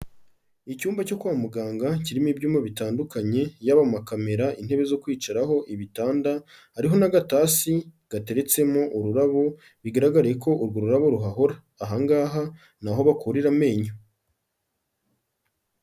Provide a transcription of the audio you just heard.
Icyumba cyo kwa muganga kirimo ibyuma bitandukanye, yaba amakamera, intebe zo kwicaraho, ibitanda, hariho n'agatasi gateretsemo ururabo, bigaragare ko urwo rurabo ruhahora. Aha ngaha ni aho bakurira amenyo.